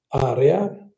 area